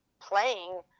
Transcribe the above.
playing